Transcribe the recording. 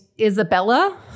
Isabella